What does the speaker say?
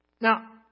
Now